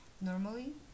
Normally